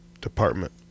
department